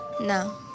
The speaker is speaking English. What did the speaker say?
No